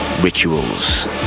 Rituals